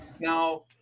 Now